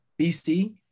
BC